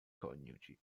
coniugi